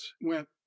went